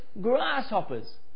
grasshoppers